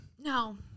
No